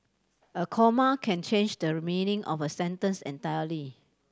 a comma can change the meaning of a sentence entirely